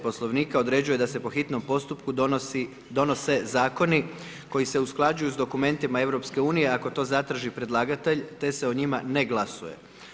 Poslovnika određuje da se po hitnom postupku donose zakoni koji se usklađuju s dokumentima EU, ako to zatraži predlagatelj te se o njima ne glasuje.